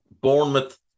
Bournemouth